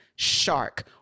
Shark